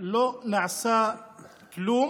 לא נעשה כלום